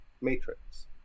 matrix